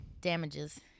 damages